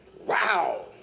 Wow